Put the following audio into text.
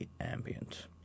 Ambient